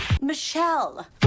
Michelle